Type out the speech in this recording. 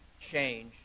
change